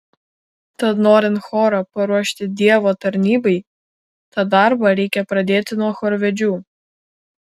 tad norint chorą paruošti dievo tarnybai tą darbą reikia pradėti nuo chorvedžių